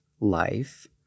life